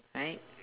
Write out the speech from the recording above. right